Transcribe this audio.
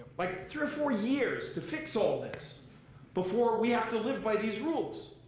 like three or four years, to fix all this before we have to live by these rules.